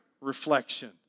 reflection